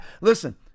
Listen